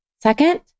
Second